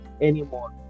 anymore